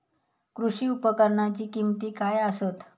कृषी उपकरणाची किमती काय आसत?